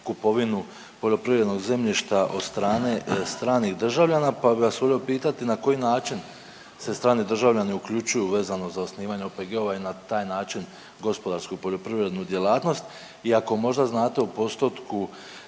kupovinu poljoprivrednog zemljišta od strane stranih državljana, pa bih vas volio pitati na koji način se strani državljani uključuju vezano za osnivanje OPG-ova i na taj način gospodarsku poljoprivrednu djelatnost. I ako možda znate u postotku